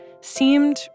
seemed